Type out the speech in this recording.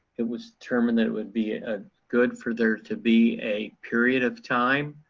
it was determined that it would be ah good for there to be a period of time